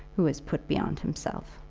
who was put beyond himself.